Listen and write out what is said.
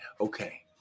Okay